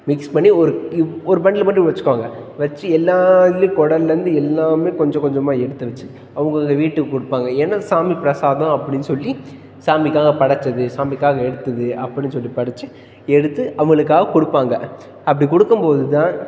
mix பண்ணி ஒரு இவ் ஒரு பண்டல் போட்டு வச்சுக்குவாங்க வச்சு எல்லா இதுலேயும் குடல்லேந்து எல்லாமே கொஞ்சம் கொஞ்சமாக எடுத்து வச்சு அவுங்கவங்க வீட்டுக்கு கொடுப்பாங்க ஏன்னால் சாமி பிரசாதம் அப்படின்னு சொல்லி சாமிக்காக படைச்சது சாமிக்காக எடுத்தது அப்படின்னு சொல்லிட்டு படைச்சி எடுத்து அவங்களுக்காக கொடுப்பாங்க அப்படி கொடுக்கும் போது தான்